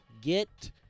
Get